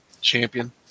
champion